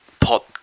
Pot